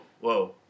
whoa